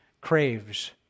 craves